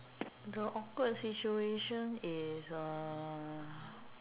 the awkward situation is uh